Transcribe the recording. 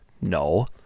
No